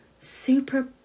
super